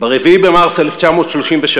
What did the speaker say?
ב-4 במרס 1933,